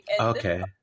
Okay